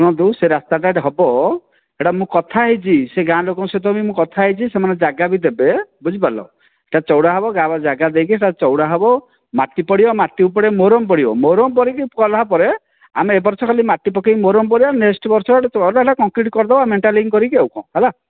ଶୁଣନ୍ତୁ ସେ ରାସ୍ତାଟା ହେବ ସେଟା ମୁଁ କଥା ହେଇଛି ସେ ଗାଁ ଲୋକଙ୍କ ସହିତ ବି ମୁଁ କଥା ହେଇଛି ସେମାନେ ଜାଗା ବି ଦେବେ ବୁଝିପାରିଲ ସେଟା ଚଉଡା଼ ହେବ ଜାଗା ଦେଇକି ଚଉଡା଼ ହେବ ମାଟି ପଡ଼ିବ ମାଟି ଉପରେ ମହୁରମ ପଡ଼ିବ ମହୁରମ ପଡ଼ିକି କଲାପରେ ଆମେ ଏ ବର୍ଷ ମାଟି ପକେଇକି ମହୁରମ କରିବା ନେକ୍ସଟ ବର୍ଷ ଏଇଟା କଂକ୍ରିଟ କରିଦେବା ମେଟାଲିଙ୍ଗ କରିକି ଆଉ ହେଲା